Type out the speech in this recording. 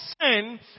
sin